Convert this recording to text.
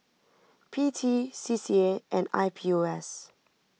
P T C C A and I P O S